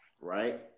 right